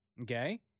Okay